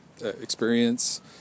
experience